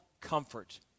comfort